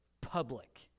public